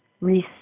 receive